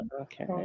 okay